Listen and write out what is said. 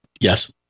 Yes